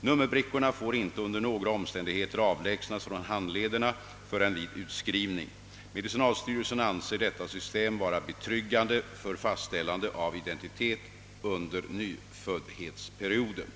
Nummerbrickorna får inte under några omständigheter avlägsnas från handlederna förrän vid utskrivning. Medicinalstyrelsen anser detta system vara betryggande för fastställande av identitet under mnyföddhetsperioden.